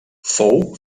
fou